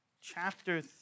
chapter